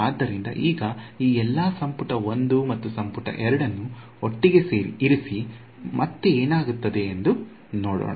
ಆದ್ದರಿಂದ ಈಗ ಈ ಎಲ್ಲಾ ಸಂಪುಟ 1 ಮತ್ತು ಸಂಪುಟ 2 ಅನ್ನು ಒಟ್ಟಿಗೆ ಇರಿಸಿ ಮತ್ತು ಏನಾಗುತ್ತದೆ ಎಂದು ನೋಡೋಣ